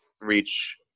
reach